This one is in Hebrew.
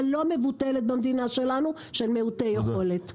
לא מבוטלת במדינה של מיעוטי יכולת,